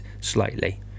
slightly